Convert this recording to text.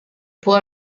può